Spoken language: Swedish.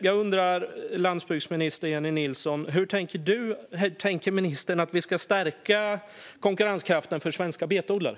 Jag undrar, landsbygdsminister Jennie Nilsson: Hur tänker ministern att vi ska stärka konkurrenskraften för svenska betodlare?